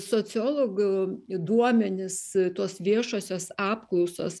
sociologų duomenys tos viešosios apklausos